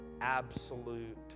absolute